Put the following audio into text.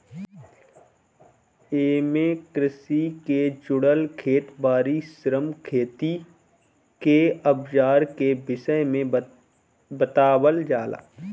एमे कृषि के जुड़ल खेत बारी, श्रम, खेती के अवजार के विषय में बतावल जाला